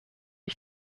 ich